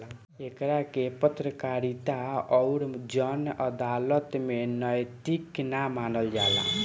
एकरा के पत्रकारिता अउर जन अदालत में नैतिक ना मानल जाला